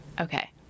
Okay